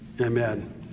Amen